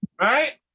Right